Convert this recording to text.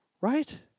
Right